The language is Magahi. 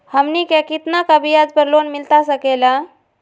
हमनी के कितना का ब्याज पर लोन मिलता सकेला?